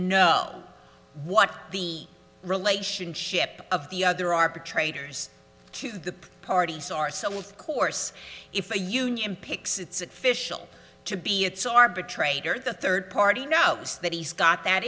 know what the relationship of the other arbitrators to the parties are some of course if a union picks its official to be its arbitrator the third party knows that he's got that